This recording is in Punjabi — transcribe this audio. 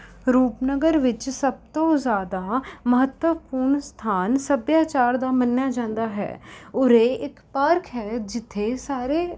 ਰੂਪਨਗਰ ਵਿੱਚ ਸਭ ਤੋਂ ਜ਼ਿਆਦਾ ਮਹੱਤਵਪੂਰਨ ਸਥਾਨ ਸੱਭਿਆਚਾਰ ਦਾ ਮੰਨਿਆ ਜਾਂਦਾ ਹੈ ਉਰੇ ਇੱਕ ਪਾਰਕ ਹੈ ਜਿੱਥੇ ਸਾਰੇ